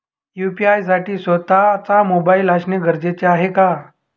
UPI साठी स्वत:चा mobile असणे गरजेचे आहे का?